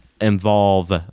involve